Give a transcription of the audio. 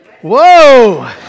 Whoa